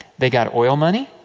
they got oil money,